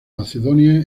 macedonia